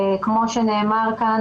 כמו שנאמר כאן,